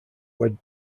web